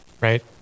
right